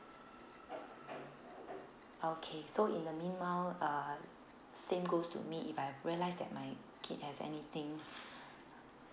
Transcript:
okay so in the meanwhile uh same goes to me if I've realize that my kid has anything